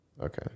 Okay